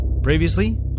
Previously